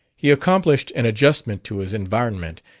he accomplished an adjustment to his environment,